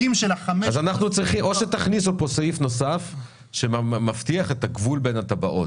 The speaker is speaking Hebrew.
אנחנו נחסום את שולי הדרך,